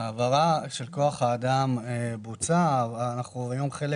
ההעברה של כוח האדם בוצעה והיום אנחנו חלק